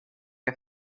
que